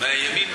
מהימין,